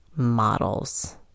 Models